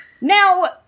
Now